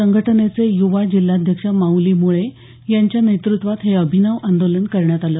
संघटनेचे युवा जिल्हाध्यक्ष माऊली मुळे यांच्या नेतृत्वात हे अभिनव आंदोलन करण्यात आलं